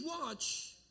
watch